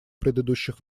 предыдущих